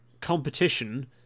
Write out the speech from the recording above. competition